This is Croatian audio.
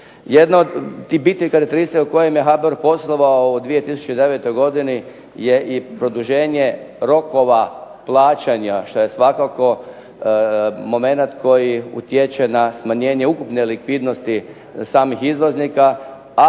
Jedna od tih bitnih karakteristika u kojima je HBOR poslovao u 2009. godini je i produženje rokova plaćanja, što je svakako momenat koji utječe na smanjenje ukupne likvidnosti samih izvoznika,